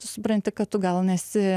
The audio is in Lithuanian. tu supranti kad tu gal nesi